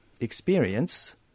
experience